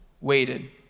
waited